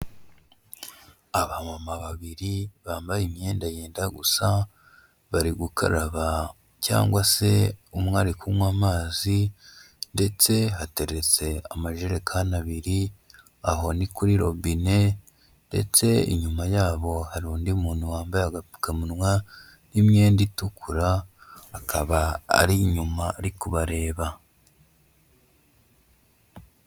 Abamama babiri bambaye imyenda yenda gusa, bari gukaraba cyangwa se umwe ari kunywa amazi ndetse hateretse amajerekani abiri, aho ni kuri robine ndetse inyuma yabo hari undi muntu wambaye agapfukamunwa n'imyenda itukura akaba ari inyuma ari kubareba.